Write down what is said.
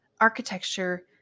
Architecture